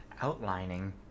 Outlining